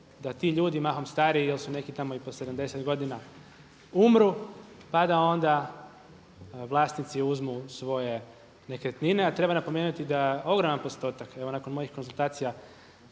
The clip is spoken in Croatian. da ti ljudi mahom stariji jer su neki tamo i po sedamdeset godina, umru pa da onda vlasnici uzmu svoje nekretnine. A treba napomenuti da ogroman postotak evo nakon mojih konzultacija